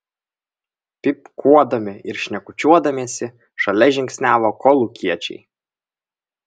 pypkiuodami ir šnekučiuodamiesi šalia žingsniavo kolūkiečiai